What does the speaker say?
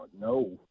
No